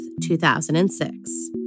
2006